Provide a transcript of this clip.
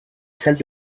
celle